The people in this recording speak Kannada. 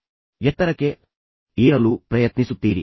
ಆದ್ದರಿಂದ ನೀವು ಎತ್ತರಕ್ಕೆ ಏರಲು ಪ್ರಯತ್ನಿಸುತ್ತೀರಿ